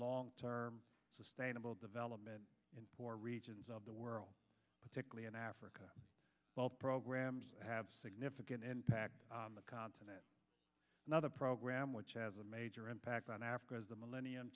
long term sustainable development in four regions of the world particularly in africa while programs have significant impact on the continent another program which has a major impact on africa as the millennium